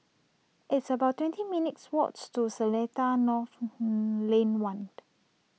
it's about twenty minutes' walk to Seletar North Lane one